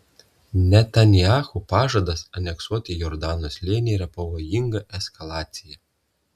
netanyahu pažadas aneksuoti jordano slėnį yra pavojinga eskalacija